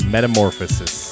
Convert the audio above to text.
Metamorphosis